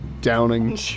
downing